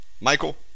Michael